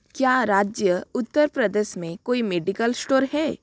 क्या राज्य उत्तर प्रदेश में कोई मेडिकल श्टोर है